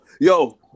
yo